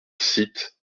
site